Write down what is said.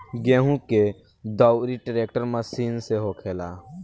गेहूं के दउरी ट्रेक्टर मशीन से होखेला